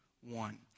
one